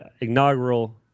inaugural